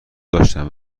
داشتند